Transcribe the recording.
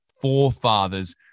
forefathers